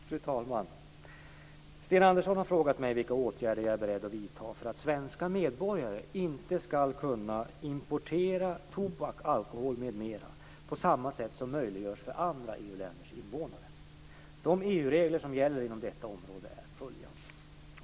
Fru talman! Sten Andersson har frågat mig vilka åtgärder jag är beredd att vidta för att svenska medborgare inte skall kunna importera tobak, alkohol m.m. på samma sätt som möjliggörs för andra EU De EU-regler som gäller inom detta område är följande.